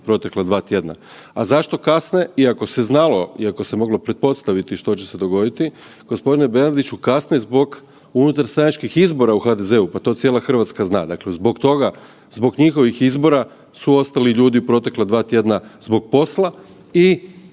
protekla dva tjedna. A zašto kasne iako se znalo, iako se moglo pretpostaviti što će se dogoditi, gospodine Bernardiću kasne zbog unutarstranačkih izbora u HDZ-u, pa to cijela Hrvatska zna, dakle zbog toga zbog njihovih izbora su ostali ljudi u protekla dva tjedna zbog posla i